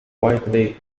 widely